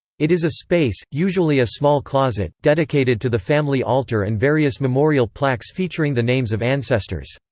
it is a space, usually a small closet, dedicated to the family altar and various memorial plaques featuring the names of ancestors.